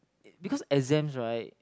because exams [right]